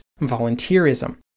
volunteerism